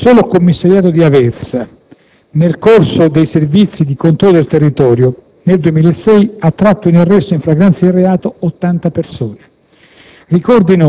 Il solo commissariato di Aversa, nel corso di servizi di controllo del territorio, nel corso del 2006, ha tratto in arresto in flagranza di reato 80 persone.